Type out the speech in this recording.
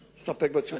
להסתפק בתשובת השר.